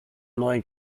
neuen